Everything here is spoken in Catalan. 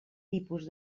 tipus